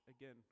again